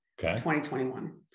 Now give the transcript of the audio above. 2021